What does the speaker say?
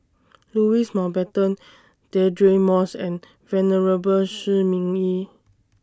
Louis Mountbatten Deirdre Moss and Venerable Shi Ming Yi